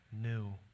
new